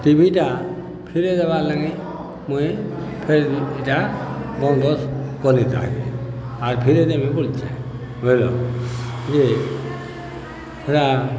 ଟିଭିଟା ଫିରାଇ ଦବାର୍ ଲାଗି ମୁଇଁ ଫେର୍ ଏଇଟା ବନ୍ଦୋବସ୍ତ କରିଥାଏ ଆର୍ ଫିରାଇ ନେବି ବୋଲଛେ ବଲେ ଯେ ହେଲା